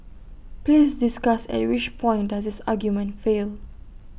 please discuss at which point does this argument fail